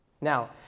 Now